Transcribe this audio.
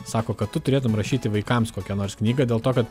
sako kad tu turėtum rašyti vaikams kokią nors knygą dėl to kad